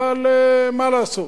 אבל מה לעשות,